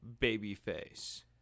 babyface